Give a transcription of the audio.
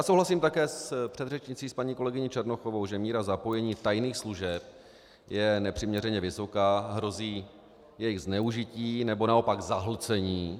Souhlasím také s předřečnicí paní kolegyní Černochovou, že míra zapojení tajných služeb je nepřiměřeně vysoká, hrozí její zneužití, nebo naopak zahlcení.